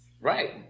Right